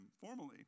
formally